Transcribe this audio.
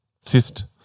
Cyst